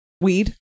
Weed